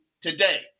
Today